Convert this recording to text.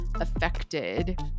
affected